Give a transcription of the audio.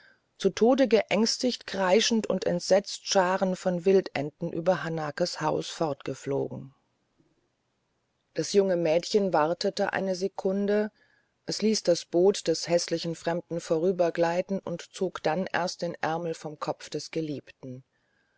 zu tode geängstigt kreischend und entsetzt scharen von wildenten über hanakes haus fortgeflogen das junge mädchen wartete eine sekunde es ließ das boot des häßlichen fremden vorübergleiten und zog dann erst den ärmel vom kopf des geliebten